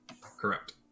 Correct